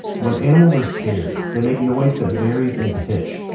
when animals are scared they make noise that varies in pitch,